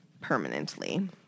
permanently